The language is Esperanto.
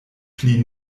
pli